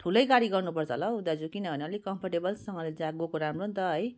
ठुलै गाडी गर्नु पर्छ होला हौ दाजु किनभने अलिक कम्फोर्टेबलसँग जा गएको राम्रो नि त है